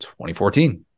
2014